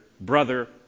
brother